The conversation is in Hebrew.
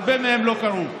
הרבה מהם לא קראו,